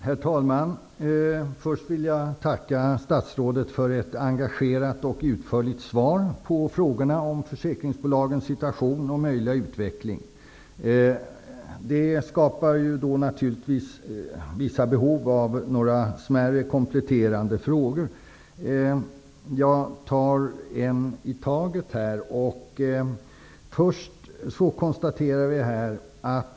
Herr talman! Först vill jag tacka statsrådet för ett engagerat och utförligt svar på interpellationen om försäkringsbolagens situation och möjliga utveckling. Svaret skapar naturligtvis vissa behov av några smärre kompletterande frågor, vilka jag ställer en i taget.